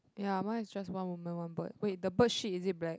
ya mine is just one woman one bird wait the bird shit is it black